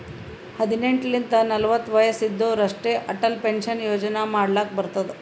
ಹದಿನೆಂಟ್ ಲಿಂತ ನಲ್ವತ ವಯಸ್ಸ್ ಇದ್ದೋರ್ ಅಷ್ಟೇ ಅಟಲ್ ಪೆನ್ಷನ್ ಯೋಜನಾ ಮಾಡ್ಲಕ್ ಬರ್ತುದ್